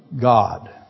God